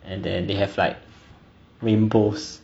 and then they have like rainbows